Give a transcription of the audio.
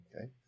okay